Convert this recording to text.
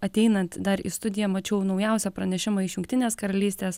ateinant dar į studiją mačiau naujausią pranešimą iš jungtinės karalystės